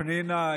פנינה,